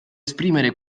esprimere